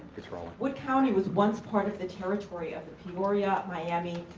it's rolling. wood county was once part of the territory of peoria, miami,